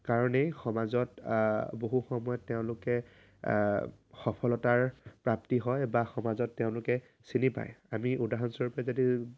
কাৰণেই সমাজত বহু সময়ত তেওঁলোকে সফলতাৰ প্ৰাপ্তি হয় বা সমাজত তেওঁলোকে চিনি পায় আমি উদাহৰণস্বৰূপে যদি